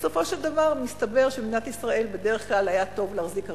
בסופו של דבר מסתבר שבמדינת ישראל בדרך כלל היה טוב להחזיק קרקעות.